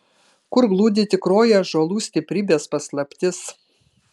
kur glūdi tikroji ąžuolų stiprybės paslaptis